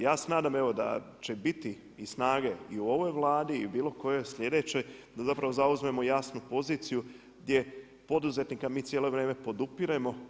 Ja se nadam evo da će biti i snage i u ovoj Vladi i u bilo kojoj sljedećoj da zapravo zauzmemo jasnu poziciju gdje poduzetnika mi cijelo vrijeme podupiremo.